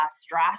stress